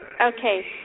Okay